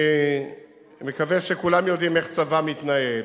אני מקווה שכולם יודעים איך צבא מתנהל.